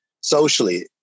socially